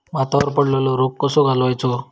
भातावर पडलेलो रोग कसो घालवायचो?